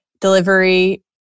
delivery